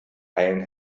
eilen